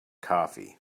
coffee